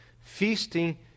Feasting